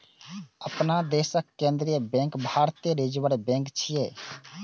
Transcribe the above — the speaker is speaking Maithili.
अपना देशक केंद्रीय बैंक भारतीय रिजर्व बैंक छियै